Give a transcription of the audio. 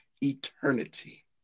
eternity